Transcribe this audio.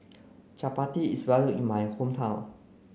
chapati is well known in my hometown